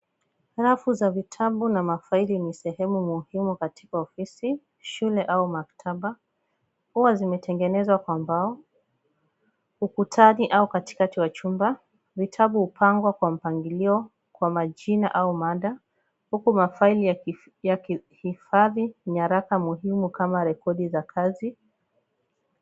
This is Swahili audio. Rafu za vitabu na mafaili ni sehemu muhimu katika ofisi, shule au maktaba. Huwa zimetengenezwa kwa mbao. Ukutani au katikati wa chumba vitabu hupangwa kwa mpangilio, kwa majina au mada huku mafaili yakihifadi nyaraka muhimu kama rekodi za kazi.